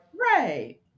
right